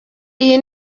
iyi